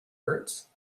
hurts